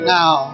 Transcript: now